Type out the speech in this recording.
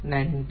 நன்றி